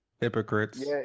hypocrites